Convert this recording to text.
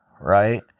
right